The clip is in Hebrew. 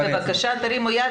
בבקשה תרימו יד,